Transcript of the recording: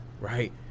right